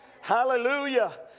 Hallelujah